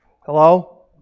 Hello